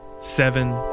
Seven